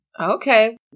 Okay